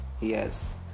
yes